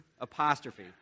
apostrophe